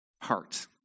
heart